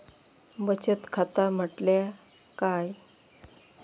बचत खाता म्हटल्या काय?